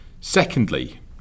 Secondly